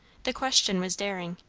the question was daring,